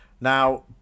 Now